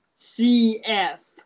CF